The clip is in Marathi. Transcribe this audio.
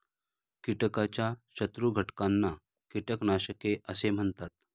कीटकाच्या शत्रू घटकांना कीटकनाशके असे म्हणतात